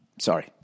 Sorry